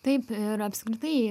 taip ir apskritai